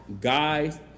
guys